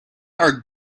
are